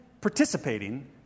participating